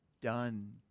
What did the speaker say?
done